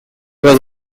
was